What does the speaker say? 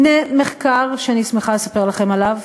הנה, מחקר שאני שמחה לספר עליו,